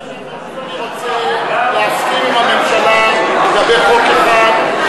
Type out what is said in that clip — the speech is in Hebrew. אם אני רוצה להסכים עם הממשלה לגבי חוק אחד,